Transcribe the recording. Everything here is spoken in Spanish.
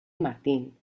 martín